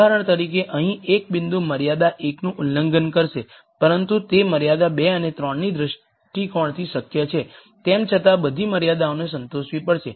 ઉદાહરણ તરીકે અહીં એક બિંદુ મર્યાદા 1 નું ઉલ્લંઘન કરશે પરંતુ તે મર્યાદા 2 અને 3 દ્રષ્ટિકોણથી શક્ય છે તેમ છતાં બધી મર્યાદાઓને સંતોષવી પડશે